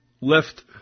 left